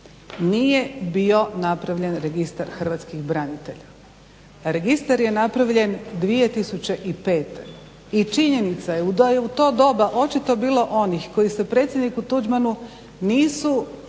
nije bio napravljen Registar hrvatskih branitelja. Registar je napravljen 2005.i činjenica je da je u to doba očito bilo onih koji se predsjedniku Tuđmanu nisu